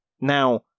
Now